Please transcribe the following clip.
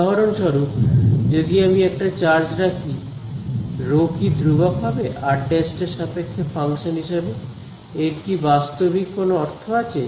উদাহরণস্বরূপ যদি আমি একটা চার্জ রাখি রো কি ধ্রুবক হবে r′ এর সাপেক্ষে ফাংশন হিসেবে এর কি বাস্তবিক কোন অর্থ আছে